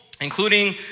including